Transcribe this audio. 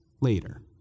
later